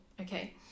Okay